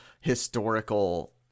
historical